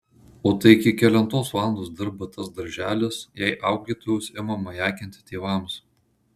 o tai iki kelintos valandos dirba tas darželis jei auklėtojos ima majakinti tėvams